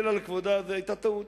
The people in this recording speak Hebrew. זו היתה טעות.